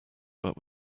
but